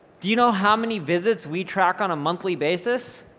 do you know how many visits we track on a monthly basis?